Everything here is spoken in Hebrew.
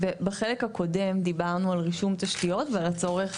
בחלק הקודם דיברנו על רישום תשתיות ועל הצורך